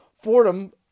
Fordham